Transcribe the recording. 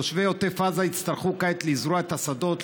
תושבי עוטף עזה יצטרכו כעת לזרוע את השדות,